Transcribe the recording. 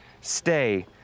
Stay